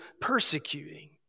persecuting